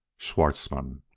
schwartzmann.